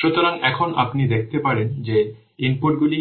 সুতরাং এখন আপনি দেখতে পারেন যে ইনপুটগুলি